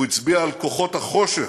הוא הצביע על כוחות החושך,